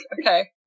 Okay